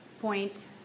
point